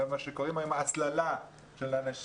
ומה שקוראים לזה היום ההסללה של אנשים